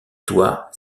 toit